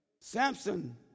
Samson